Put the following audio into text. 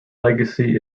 legacy